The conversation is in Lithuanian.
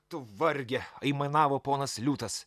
tu varge aimanavo ponas liūtas